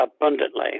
abundantly